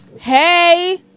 Hey